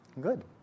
Good